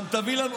וגם תביא לנו,